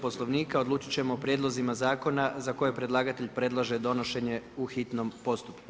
Poslovnika odlučiti ćemo o prijedlozima zakona za koje predlagatelj predlaže donošenje u hitnom postupku.